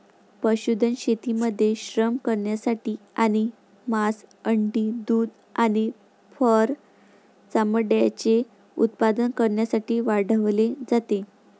पशुधन शेतीमध्ये श्रम करण्यासाठी आणि मांस, अंडी, दूध आणि फर चामड्याचे उत्पादन करण्यासाठी वाढवले जाते